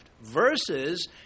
versus